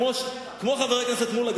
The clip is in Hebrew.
כמו חבר הכנסת מולה,